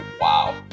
wow